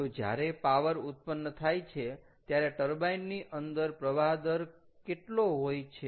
તો જ્યારે પાવર ઉત્પન્ન થાય છે ત્યારે ટર્બાઈન ની અંદર પ્રવાહ દર કેટલો હોય છે